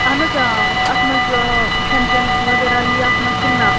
اَہَن حظ آ اَتھ منٛز کھٮ۪ن چٮ۪ن وغیرہ یِیا اَتھ منٛز کِنہٕ نا